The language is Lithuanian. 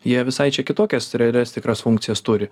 jie visai čia kitokias realias tikras funkcijas turi